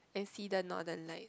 and see the northern light